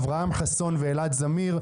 אברהם חסון ואלעד זמיר,